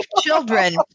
children